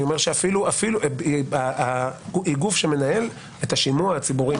אני אומר שהיא גוף שמנהל את השימוע הציבורי